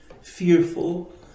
fearful